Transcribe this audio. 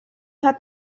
hat